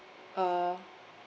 uh